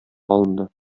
алынды